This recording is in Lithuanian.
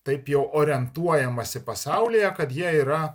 taip jau orientuojamasi pasaulyje kad jie yra